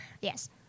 Yes